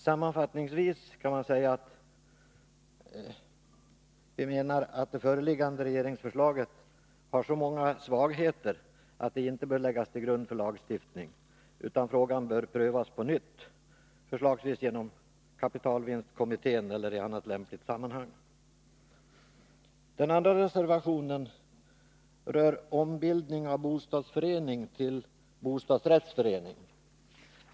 Sammanfattningsvis kan man säga att det föreliggande regeringsförslaget har så många svagheter att det inte bör läggas till grund för lagstiftning, utan frågan bör prövas på nytt, förslagsvis genom kapitalvinstkommittén eller i annat lämpligt sammanhang. Den andra reservationen rör ombildning av bostadsförening till bostadsrättsförening.